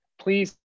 please